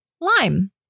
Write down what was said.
lime